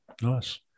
Nice